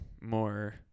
more